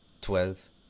Twelve